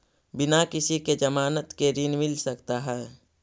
बिना किसी के ज़मानत के ऋण मिल सकता है?